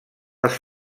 les